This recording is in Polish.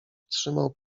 trzymał